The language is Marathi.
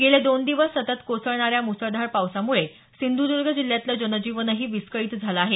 गेले दोन दिवस सतत कोसळणाऱ्या मुसळधार पावसामुळे सिंधुदर्ग जिल्ह्यातलं जनजीवनही विस्कळीत झालं आहे